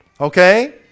Okay